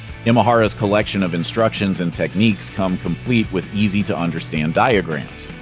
imahara's collection of instructions and techniques come complete with easy-to-understand diagrams.